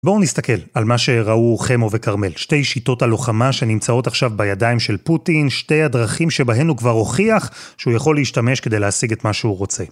בואו נסתכל על מה שראו חמו וכרמל, שתי שיטות הלוחמה שנמצאות עכשיו בידיים של פוטין, שתי הדרכים שבהן הוא כבר הוכיח שהוא יכול להשתמש כדי להשיג את מה שהוא רוצה.